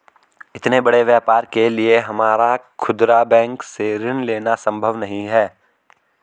इतने बड़े व्यापार के लिए हमारा खुदरा बैंक से ऋण लेना सम्भव नहीं है